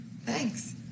Thanks